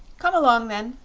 come along, then,